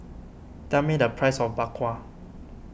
tell me the price of Bak Kwa